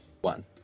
One